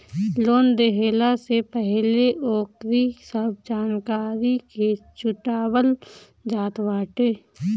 loan देहला से पहिले ओकरी सब जानकारी के जुटावल जात बाटे